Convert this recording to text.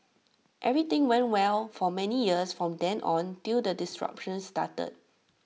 everything went well for many years from then on till the disruptions started